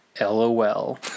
LOL